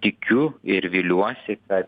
tikiu ir viliuosi kad